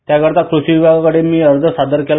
त्याकरिता मी कृषी विभागाकडे अर्ज सादर केला